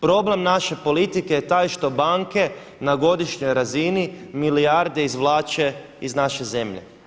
Problem naše politike je taj što banke na godišnjoj razini milijarde izvlače iz naše zemlje.